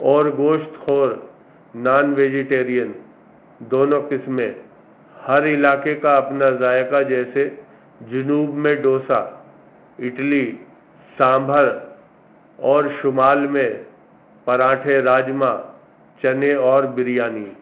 اور گوشت خور نان ویجیٹیرین دونوں قسمیں ہر علاقے کا اپنا ذائقہ جیسے جنوب میں ڈوسا اڈلی سانبھر اور شمال میں پراٹھے راجما چنے اور بریانی